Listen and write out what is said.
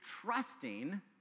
trusting